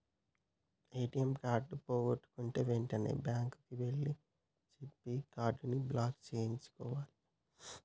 ATM card పోగొట్టుకుంటే వెంటనే bank వాళ్లకి చెప్పి కార్డుని బ్లాక్ చేయించుకోవాలే